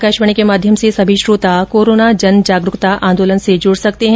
आकाशवाणी के माध्यम से सभी श्रोता कोरोना जनजागरुकता आंदोलन से जुड सकते हैं